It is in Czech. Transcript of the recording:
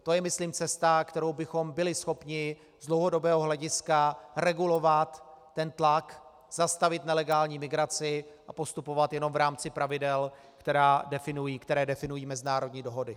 To je myslím cesta, kterou bychom byli schopni z dlouhodobého hlediska regulovat ten tlak, zastavit nelegální migraci a postupovat jenom v rámci pravidel, která definují mezinárodní dohody.